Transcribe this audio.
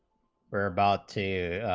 are about two,